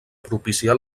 propiciar